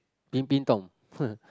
peeping Tom